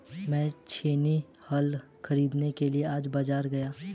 मैं छेनी हल खरीदने के लिए आज बाजार गया